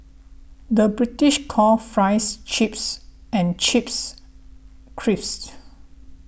the British call Fries Chips and Chips Crisps